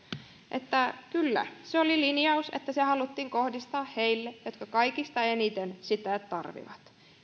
että kyllä se oli linjaus että se haluttiin kohdistaa heille jotka kaikista eniten sitä tarvitsevat